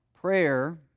Prayer